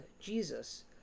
Jesus